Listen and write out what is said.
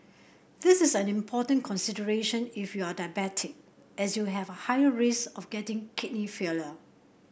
this is an important consideration if you are diabetic as you have a higher risk of getting kidney